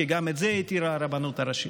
כי גם את זה התירה הרבנות הראשית.